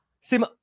Sim